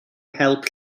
help